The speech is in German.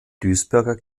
duisburger